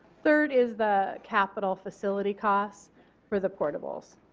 third is the capital facility cost for the portables.